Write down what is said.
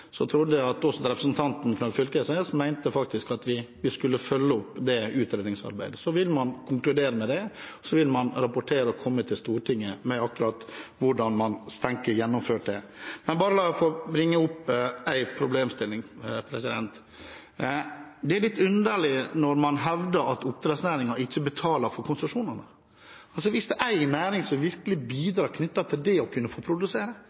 Så vil man konkludere, og så vil man rapportere og komme til Stortinget med akkurat hvordan man tenker å gjennomføre det. Men la meg få ta opp en problemstilling. Det er litt underlig når man hevder at oppdrettsnæringen ikke betaler for konsesjonene. Hvis det er en næring som virkelig bidrar knyttet til det å kunne få produsere,